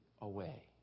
away